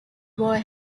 boy